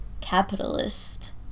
capitalist